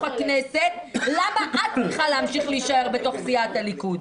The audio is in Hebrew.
הכנסת למה את צריכה להמשיך להישאר בתוך סיעת הליכוד.